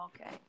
Okay